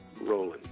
rolling